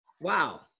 Wow